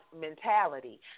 mentality